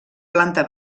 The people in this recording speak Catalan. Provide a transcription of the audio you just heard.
planta